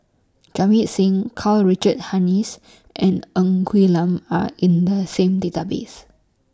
Jamit Singh Karl Richard Hanitsch and Ng Quee Lam Are in The same Database